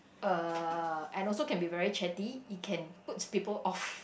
uh and also can be very chatty it can puts people off